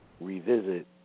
revisit